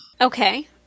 Okay